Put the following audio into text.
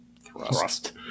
thrust